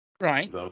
Right